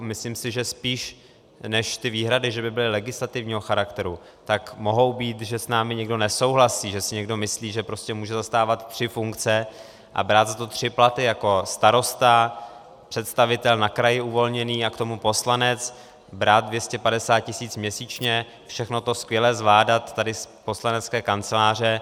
Myslím si, že spíš než že by ty výhrady byly legislativního charakteru, tak mohou být, že s námi někdo nesouhlasí, že si někdo myslí, že prostě může zastávat tři funkce a brát za to tři platy, jako starosta, uvolněný představitel na kraji a k tomu poslanec, brát 250 tisíc měsíčně, všechno to skvěle zvládat tady z poslanecké kanceláře.